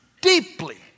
deeply